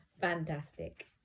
Fantastic